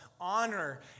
honor